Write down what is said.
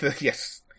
Yes